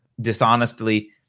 dishonestly